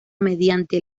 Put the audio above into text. mediante